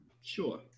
Sure